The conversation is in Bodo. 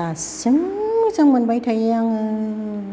दासिमबो मोजां मोनबाय थायो आङो